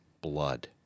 blood